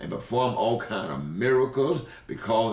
one before all kinds of miracles because